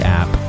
app